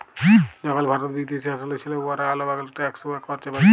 যখল ভারত বিদেশী শাসলে ছিল, উয়ারা অমালবিক ট্যাক্স বা কর চাপাইত